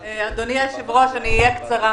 אדוני היושב ראש, אני אהיה קצרה.